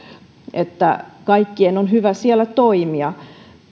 että kaikkien on hyvä siellä toimia